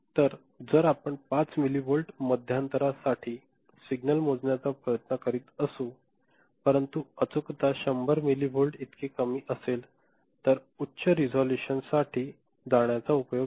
तर जर आपण 5 मिलिव्होल्ट मध्यांतर साठी सिग्नल मोजण्याचा प्रयत्न करीत असू परंतु अचूकता 100 मिलिव्होल्ट इतके कमी असेल तर उच्च रिझोल्यूशन साठी जाण्याचा उपयोग नाही